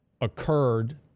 occurred